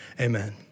Amen